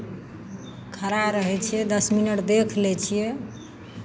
खड़ा रहै छियै दस मिनट देख लै छियै